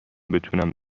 بتونم